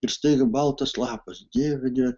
ir staiga baltas lapas dieve dieve